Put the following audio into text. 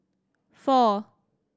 four